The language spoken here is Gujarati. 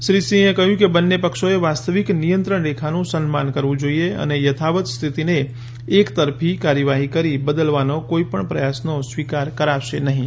શ્રી સિંહએ કહ્યું કે બંને પક્ષોએ વાસ્તવિક નિયંત્રણ રેખાનું સન્માન કરવું જોઈએ અને યથાવત સ્થિતિને એકતરફી કાર્યવાહી કરી બદલવાનો કોઈપણ પ્રયાસનો સ્વીકાર કરાશે નહીં